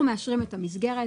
אנחנו מאשרים את המסגרת,